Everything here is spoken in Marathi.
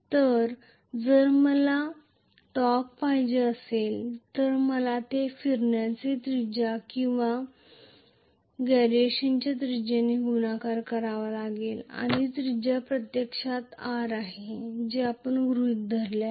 तर जर मला टॉर्क पाहिजे असेल तर मला हे फिरण्याचे त्रिज्या किंवा गॅरेशनच्या त्रिज्याने गुणाकार करावे लागेल आणि त्रिज्या प्रत्यक्षात आर आहे जे आपण गृहित धरले आहे